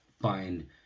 find